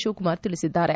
ಶಿವಕುಮಾರ್ ತಿಳಿಸಿದ್ದಾರೆ